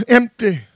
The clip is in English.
empty